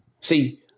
See